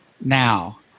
Now